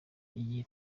igihe